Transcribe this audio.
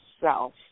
self